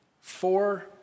four